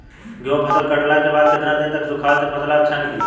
गेंहू फसल कटला के बाद केतना दिन तक सुखावला से फसल अच्छा निकली?